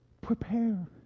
prepare